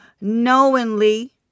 knowingly